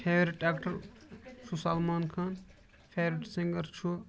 favourite actor چھُ Salman Khan favourite singer چھُ